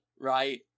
right